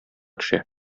төшә